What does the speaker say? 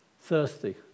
Thirsty